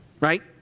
right